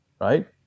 right